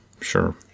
sure